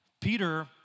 Peter